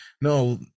no